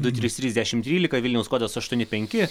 du trys trys dešim trylika vilniaus kodas aštuoni penki